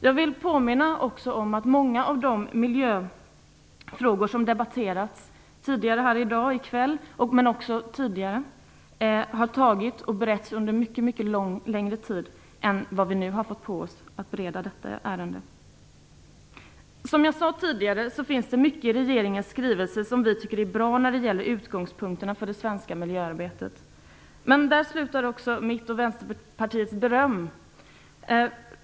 Jag vill påminna om att många av de miljöfrågor som debatterats i dag och också tidigare har beretts under mycket längre tid än vi har haft för beredningen av detta ärende. Som jag sade tidigare finns det mycket i regeringens skrivelse som vi tycker är bra när det gäller utgångspunkterna för det svenska miljöarbetet. Men där slutar också mitt och Vänsterpartiets beröm.